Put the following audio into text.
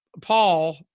Paul